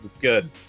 Good